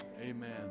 Amen